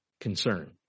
concern